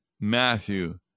Matthew